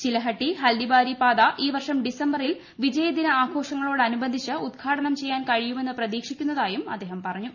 ചിലഹട്ടി ഹൽഡിബാരി പാത ഈ വർഷം ഡിസംബറിൽ വിജയദിന ആഘോഷങ്ങളോടനുബന്ധിച്ച് ഉദ്ഘാടനം ചെയ്യാൻ കഴിയുമെന്ന് പ്രതീക്ഷിക്കുന്നതായും അദ്ദേഹം പറഞ്ഞു